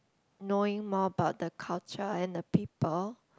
knowing more about the culture and the people